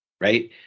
right